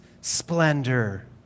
splendor